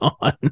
on